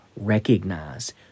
recognize